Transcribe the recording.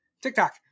TikTok